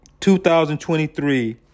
2023